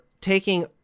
taking